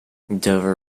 dover